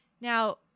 Now